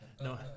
No